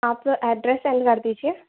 आप address seller दीजिए